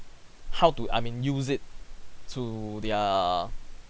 how to I mean use it to their